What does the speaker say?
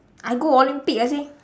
I go olympic ah seh